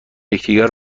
یکدیگر